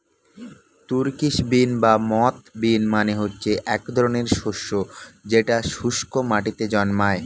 Turkish bean বা moth bean মানে হচ্ছে এক ধরনের শস্য যেটা শুস্ক মাটিতে জন্মায়